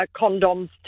condoms